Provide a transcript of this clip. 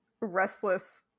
restless